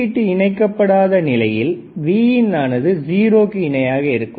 உள்ளீடு இணைக்கப்படாத நிலையில் Vin ஆனது 0 க்கு இணையாக இருக்கும்